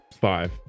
Five